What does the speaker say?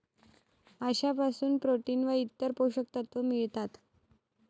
माशांपासून प्रोटीन व इतर पोषक तत्वे मिळतात